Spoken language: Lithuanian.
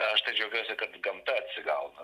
aš tai džiaugiuosi kad gamta atsigauna